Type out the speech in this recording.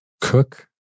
cook